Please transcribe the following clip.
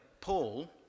paul